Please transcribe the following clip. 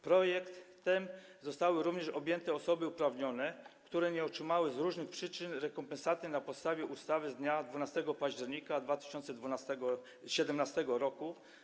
Projektem zostały również objęte osoby uprawnione, które nie otrzymały z różnych przyczyn rekompensaty na podstawie ustawy z dnia 12 października 2017 r.